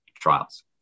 trials